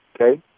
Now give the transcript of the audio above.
Okay